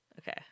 Okay